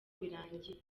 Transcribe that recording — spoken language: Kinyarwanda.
birangiye